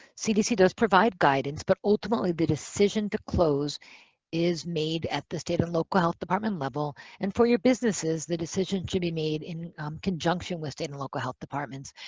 cdc does provide guidance, but ultimately the decision to close is made at the state and local health department level, and for your businesses, the decision should be made in conjunction with state and local health departments.